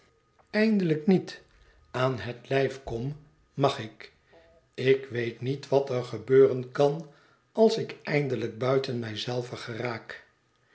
eindelijk niet aan het lijf kom mag ik ik weet niet wat er gebeuren kan als ik eindelijk buiten mij zelven geraak